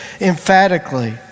emphatically